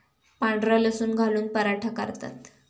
पांढरा लसूण घालून पराठा करतात